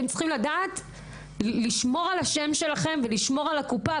אתם צריכים לדעת לשמור על השם שלכם ולשמור על הקופה,